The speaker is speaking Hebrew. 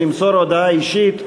למסור הודעה אישית.